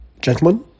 Gentlemen